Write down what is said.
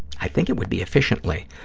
i think it would be efficiently.